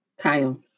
Kyle